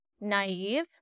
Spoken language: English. naive